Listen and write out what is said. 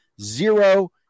zero